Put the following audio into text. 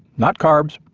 not carbs,